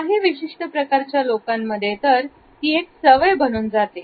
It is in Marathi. काही विशिष्ट प्रकारच्या लोकांमध्ये तर ती एक सवय बनून जाते